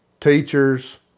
teachers